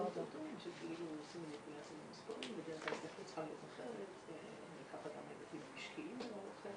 לראות איך מוצאים את המנגנון שמאפשר להם גם להתאחד מחדש.